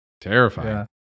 terrifying